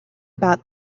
about